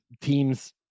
teams